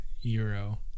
euro